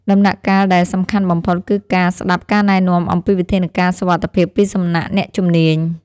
ដំណាក់កាលដែលសំខាន់បំផុត គឺការស្ដាប់ការណែនាំអំពីវិធានការសុវត្ថិភាពពីសំណាក់អ្នកជំនាញ។